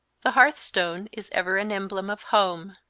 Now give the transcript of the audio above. the hearthstone is ever an emblem of home.